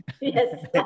Yes